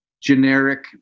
generic